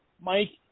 Mike